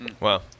Wow